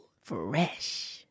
Fresh